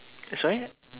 eh sorry